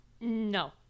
No